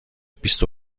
بیست